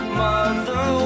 mother